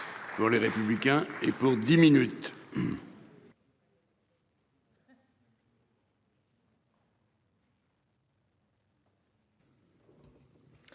Pour les républicains et pour 10 minutes.